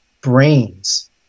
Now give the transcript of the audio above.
brains